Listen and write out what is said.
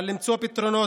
אבל למצוא פתרונות,